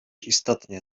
istotnie